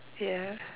ya